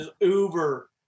uber